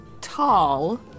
tall